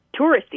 touristy